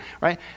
right